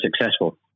successful